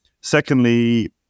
secondly